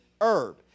herb